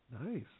Nice